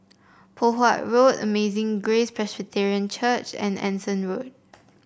Poh Huat Road Amazing Grace Presbyterian Church and Anson Road